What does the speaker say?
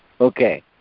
Okay